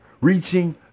reaching